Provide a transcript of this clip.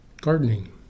gardening